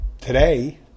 today